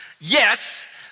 Yes